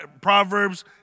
Proverbs